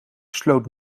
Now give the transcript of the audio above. sloot